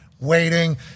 waiting